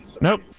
Nope